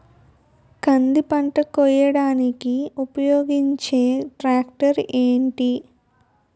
కంది పంట కోయడానికి ఉపయోగించే ట్రాక్టర్ ఏంటి?